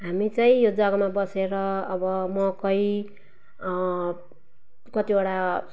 हामी चाहिँ यो जग्गामा बसेर अब मकै कतिवटा